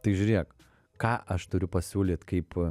tai žiūrėk ką aš turiu pasiūlyt kaip